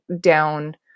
down